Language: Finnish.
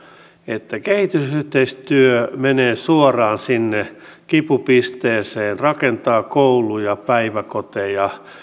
että kehitysyhteistyö menee suoraan sinne kipupisteeseen rakentaa kouluja päiväkoteja